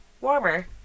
warmer